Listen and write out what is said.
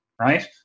right